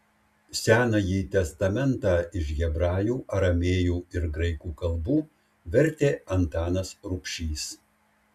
senąjį testamentą iš hebrajų aramėjų ir graikų kalbų vertė antanas rubšys